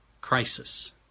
crisis